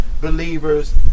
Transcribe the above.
believers